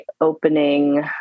opening